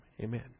amen